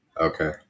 Okay